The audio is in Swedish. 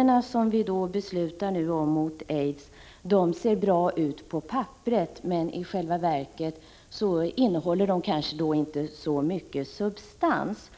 åtgärder mot aids som vi nu har att besluta om ser bra ut på papperet, men i själva verket innehåller de kanske inte så mycket substans.